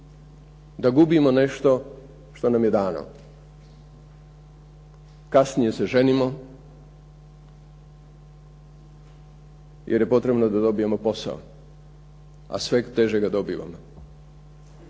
da gubimo nešto što nam je dano. Kasnije se ženimo, jer potrebno da dobijemo posao, a sve teže ga dobivamo,